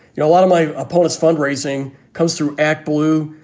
you know, a lot of my opponent's fund raising comes through actblue,